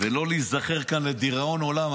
ולא להיזכר כאן לדיראון עולם,